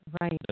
Right